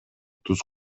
туз